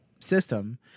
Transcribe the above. system